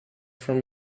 from